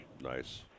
Nice